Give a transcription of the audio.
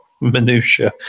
minutiae